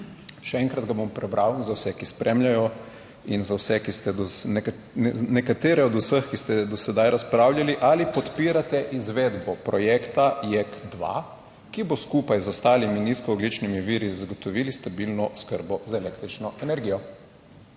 še enkrat ga bom prebral, za vse, ki spremljajo in za vse, ki ste nekatere od vseh, ki ste do sedaj razpravljali ali podpirate izvedbo projekta JEK2, ki bo skupaj z ostalimi nizkoogljičnimi viri zagotovili stabilno oskrbo z električno energijo.